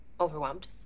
Overwhelmed